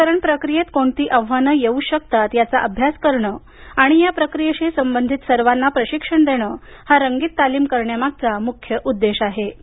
लसीकरण प्रक्रियेत कोणती आव्हानं येऊ शकतात याचा अभ्यास करण आणि या प्रक्रियेशी संबंधित सर्वांना प्रशिक्षण देण हा रंगीत तालीम करण्यामागचा मुख्य उद्देश आहे